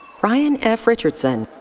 brian f. richardson.